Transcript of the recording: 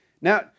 Now